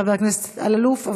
חבר הכנסת אלאלוף,